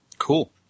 cool